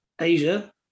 Asia